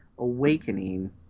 awakening